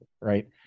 Right